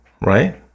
Right